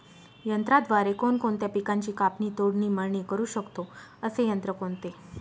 यंत्राद्वारे कोणकोणत्या पिकांची कापणी, तोडणी, मळणी करु शकतो, असे यंत्र कोणते?